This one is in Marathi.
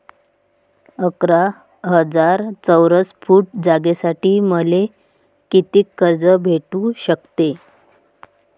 अकरा हजार चौरस फुट जागेसाठी मले कितीक कर्ज भेटू शकते?